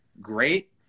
great